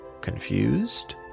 confused